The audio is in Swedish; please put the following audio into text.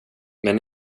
men